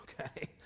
okay